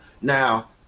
Now